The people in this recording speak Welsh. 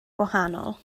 gwahanol